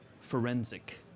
forensic